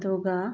ꯑꯗꯨꯒ